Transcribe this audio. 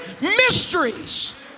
mysteries